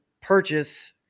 purchase